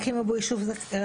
רק אם הוא ביישוב זכאי?